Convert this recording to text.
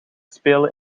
spelen